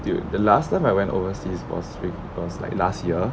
dude the last time I went overseas was with was like last year